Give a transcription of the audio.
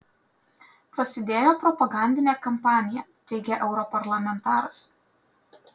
prasidėjo propagandinė kampanija teigia europarlamentaras